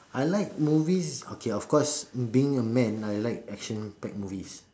I like movies okay of course being a man I like action packed movies